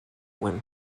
one